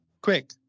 Quick